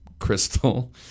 Crystal